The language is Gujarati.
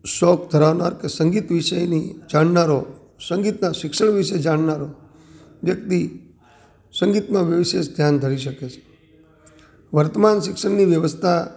શોખ ધરાવનાર કે સંગીત વિષયની જાણનારો સંગીતનાં શિક્ષણ વિષે જાણનારો વ્યક્તિ સંગીતમાં વિષે ધ્યાન ધરાવી શકે છે વર્તમાન શિક્ષણની વ્યવસ્થા